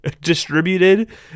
distributed